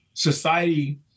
Society